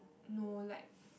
no like